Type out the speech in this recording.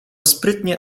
sprytnie